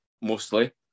mostly